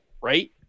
right